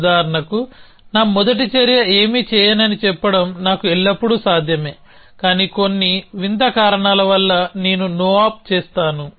ఉదాహరణకు నా మొదటి చర్య ఏమీ చేయనని చెప్పడం నాకు ఎల్లప్పుడూ సాధ్యమే కొన్ని వింత కారణాల వల్ల నేను no op చేస్తాను